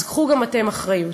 אז קחו גם אתם אחריות.